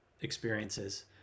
experiences